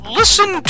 listen